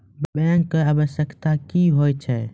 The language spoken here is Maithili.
बैंक की आवश्यकता क्या हैं?